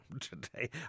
today